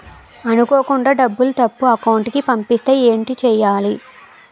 అనుకోకుండా డబ్బులు తప్పు అకౌంట్ కి పంపిస్తే ఏంటి చెయ్యాలి?